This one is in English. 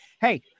Hey